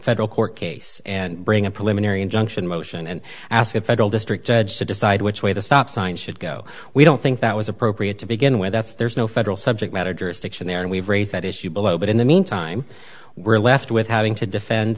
federal court case and bring a preliminary injunction motion and ask if at all district judge to decide which way the stop sign should go we don't think that was appropriate to begin with that's there's no federal subject matter jurisdiction there and we've raised that issue below but in the meantime we're left with having to defend